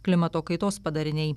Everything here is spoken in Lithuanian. klimato kaitos padariniai